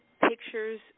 pictures